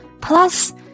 Plus